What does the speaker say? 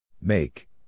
Make